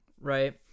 right